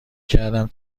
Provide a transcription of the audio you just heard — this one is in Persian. کردم